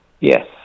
Yes